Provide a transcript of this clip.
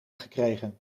gekregen